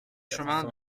chemin